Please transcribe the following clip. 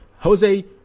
Jose